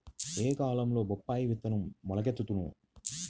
ఏ కాలంలో బొప్పాయి విత్తనం మొలకెత్తును?